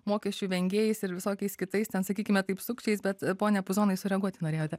mokesčių vengėjais ir visokiais kitais ten sakykime taip sukčiais bet pone puzonai sureaguoti norėjote